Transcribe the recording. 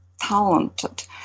talented